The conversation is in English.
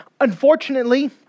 Unfortunately